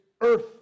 earth